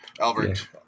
Albert